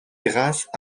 grâces